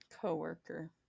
co-worker